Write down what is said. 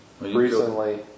Recently